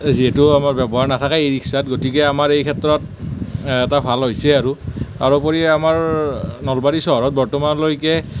যিহেতু আমাৰ ব্যৱহাৰ নাথাকে ই ৰিক্সাত গতিকে আমাৰ এই ক্ষেত্ৰত এটা ভাল হৈছে আৰু তাৰোপৰি আমাৰ নলবাৰী চহৰত বৰ্তমানলৈকে